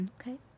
okay